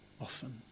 often